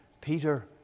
Peter